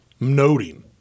noting